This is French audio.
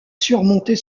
surmonter